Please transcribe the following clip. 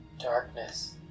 Darkness